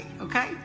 okay